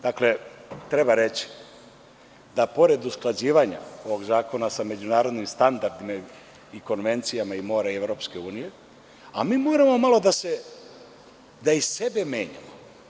Dakle, treba reći da pored usklađivanja ovog zakona sa međunarodnim standardima i konvencijama i mora i EU, a mi moramo malo da i sebe menjamo.